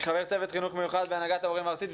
חבר צוות חינוך מיוחד בהנהגת ההורים הארצית.